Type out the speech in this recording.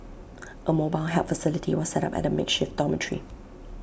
A mobile help facility was set up at the makeshift dormitory